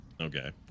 Okay